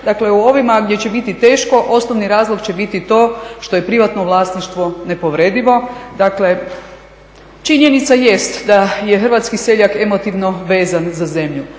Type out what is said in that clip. Dakle u ovim gdje će biti teško osnovni razlog će biti to što je privatno vlasništvo nepovredivo. Dakle činjenica jest da je hrvatski seljak emotivno vezan za zemlju,